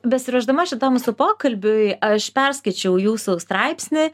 besiruošdama šitam mūsų pokalbiui aš perskaičiau jūsų straipsnį